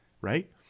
right